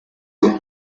you